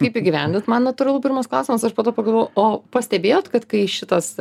kaip įgyvendinti man atrodo pirmas klausimas aš po to pagalvojau o pastebėjote kad kai šitas